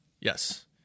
Yes